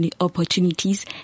opportunities